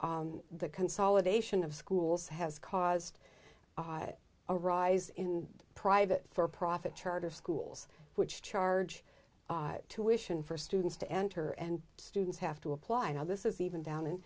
that the consolidation of schools has caused a rise in private for profit charter schools which charge tuition for students to enter and students have to apply now this is even down